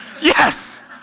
yes